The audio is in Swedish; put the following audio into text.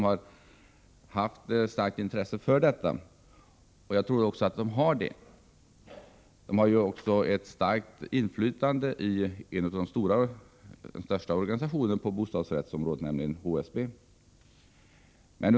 Jag tror också att de fortfarande har det. De har ju ett starkt inflytande i en av de största organisationerna på bostadsrättsområdet, nämligen i HSB.